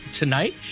tonight